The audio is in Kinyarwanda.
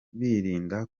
birinda